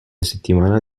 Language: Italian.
settimana